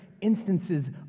instances